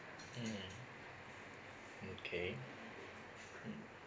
mm okay mm